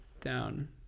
down